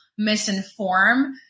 misinform